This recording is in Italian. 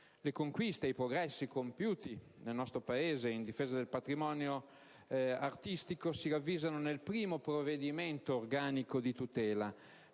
Le conquiste e i progressi compiuti nel nostro Paese in difesa del patrimonio artistico si ravvisano nel primo provvedimento organico di tutela: